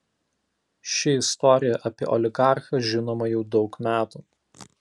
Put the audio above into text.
ši istorija apie oligarchą žinoma jau daug metų